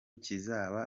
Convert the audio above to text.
kizaba